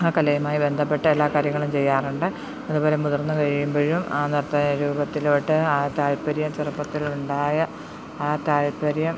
ആ കലയുമായി ബന്ധപ്പെട്ട എല്ലാ കാര്യങ്ങളും ചെയ്യാറുണ്ട് അതുപോലെ മുതിർന്ന് കഴിയുമ്പോഴും ആ നൃത്ത രൂപത്തിലോട്ട് ആ താല്പര്യം ചെറുപ്പത്തിൽ ഉണ്ടായ ആ താല്പര്യം